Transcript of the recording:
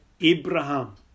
Abraham